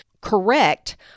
correct